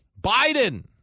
Biden